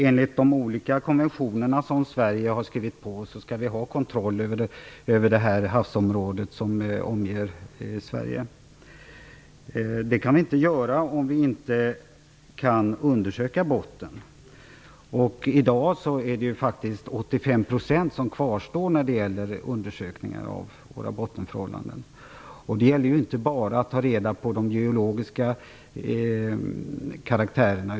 Enligt de olika konventioner som Sverige har skrivit på skall vi ha kontroll över det havsområde som omger Sverige. Den kontrollen kan vi inte ha om vi inte kan undersöka botten. I dag är det faktiskt 85 % av botten som kvarstår när det gäller undersökningar av våra bottenförhållanden. Det gäller inte bara att ta reda på de geologiska karaktärerna.